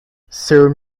soon